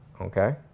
okay